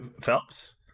Phelps